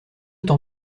t’en